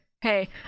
hey